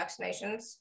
vaccinations